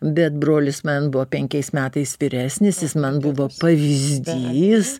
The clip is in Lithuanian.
bet brolis man buvo penkiais metais vyresnis jis man buvo pavyzdys